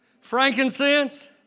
frankincense